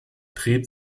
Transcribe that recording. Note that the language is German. dreht